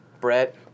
Brett